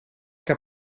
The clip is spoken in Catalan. que